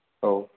औ